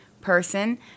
person